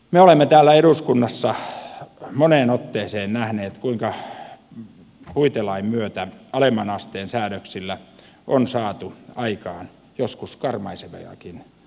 me olemme täällä eduskunnassa moneen otteeseen nähneet kuinka puitelain myötä alemman asteen säädöksillä on saatu aikaan joskus karmaiseviakin tuloksia